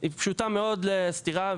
היא פשוטה מאוד לסתירה,